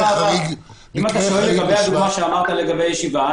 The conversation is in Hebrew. אם אתה שואל לגבי מה שאמרת לגבי ישיבה,